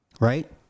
right